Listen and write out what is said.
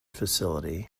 facility